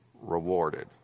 rewarded